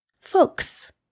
folks